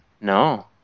No